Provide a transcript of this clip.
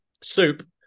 soup